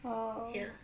oh